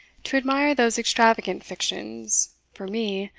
to admire those extravagant fictions for me,